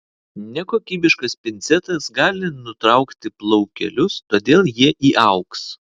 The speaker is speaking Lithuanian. nekokybiškas pincetas gali nutraukti plaukelius todėl jie įaugs